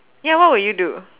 ya what would you do